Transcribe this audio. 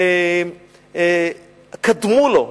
אלה קדמו לו,